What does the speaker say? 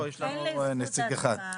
אין לי זכות הצבעה.